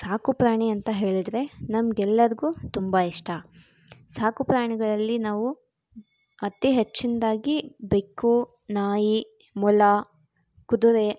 ಸಾಕುಪ್ರಾಣಿ ಅಂತ ಹೇಳಿದ್ರೆ ನಮಗೆಲ್ಲರ್ಗು ತುಂಬ ಇಷ್ಟ ಸಾಕುಪ್ರಾಣಿಗಳಲ್ಲಿ ನಾವು ಅತಿ ಹೆಚ್ಚಿನದಾಗಿ ಬೆಕ್ಕು ನಾಯಿ ಮೊಲ ಕುದುರೆ